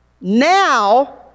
Now